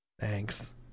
Thanks